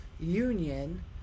union